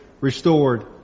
restored